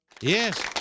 yes